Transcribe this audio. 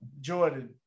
Jordan